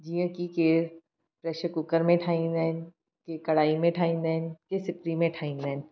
जीअं की कहिड़े प्रेशर कूकर में ठाहींदा आहिनि कि कढ़ाई में ठाहींदा आहिनि सिपरी में ठाहींदा आहिनि